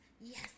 yes